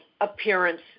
appearance